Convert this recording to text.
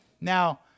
Now